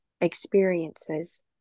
experiences